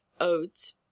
odes